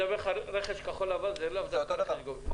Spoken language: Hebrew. רכש כחול לבן הוא לאו דווקא רכש גומלין,